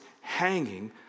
hanging